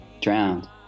drowned